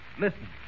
listen